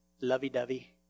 lovey-dovey